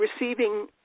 receiving